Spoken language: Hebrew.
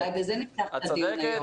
את צודק.